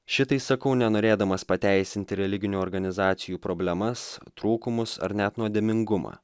šitai sakau nenorėdamas pateisinti religinių organizacijų problemas trūkumus ar net nuodėmingumą